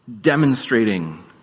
demonstrating